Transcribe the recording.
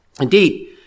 Indeed